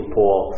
Paul